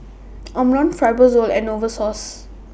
Omron Fibrosol and Novosource